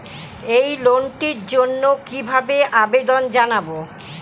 এই লোনটির জন্য কিভাবে আবেদন জানাবো?